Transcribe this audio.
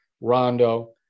Rondo